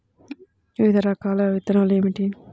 వివిధ రకాల విత్తనాలు ఏమిటి?